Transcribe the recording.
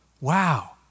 Wow